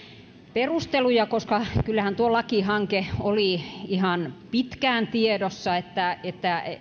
perusteluja koska kyllähän tuo lakihanke oli ihan pitkään tiedossa että että